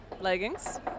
Leggings